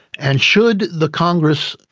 and should the congress,